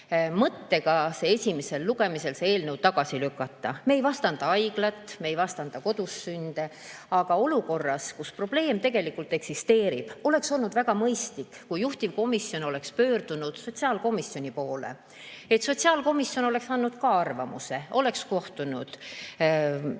mõttega see eelnõu esimesel lugemisel tagasi lükata. Me ei vastanda haiglat, me ei vastanda kodussünde. Aga olukorras, kus probleem tegelikult eksisteerib, oleks olnud väga mõistlik, kui juhtivkomisjon oleks pöördunud sotsiaalkomisjoni poole, et sotsiaalkomisjon oleks andnud ka arvamuse. Oleksime kohtunud